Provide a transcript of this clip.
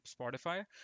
Spotify